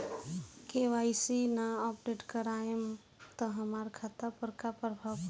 KYC ना update करवाएम त हमार खाता पर का प्रभाव पड़ी?